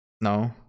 no